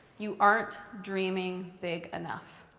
you aren't dreaming big enough.